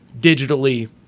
digitally